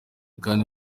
kandi